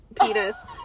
penis